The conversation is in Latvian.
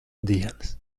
dienas